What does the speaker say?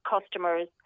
customers